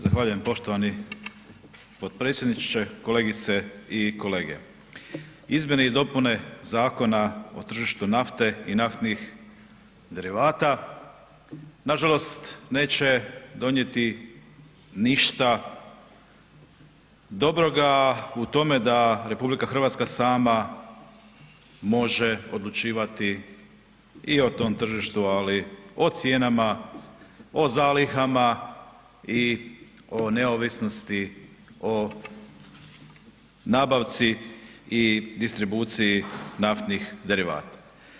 Zahvaljujem poštovani potpredsjedniče, kolegice i kolege, izmjene i dopune Zakona o tržištu nafte i naftnih derivata nažalost neće donijeti ništa dobroga u tome da RH sama može odlučivati i o tom tržištu, ali o cijenama, o zalihama i o neovisnosti o nabavci i distribuciji naftnih derivata.